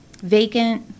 vacant